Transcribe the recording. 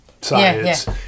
science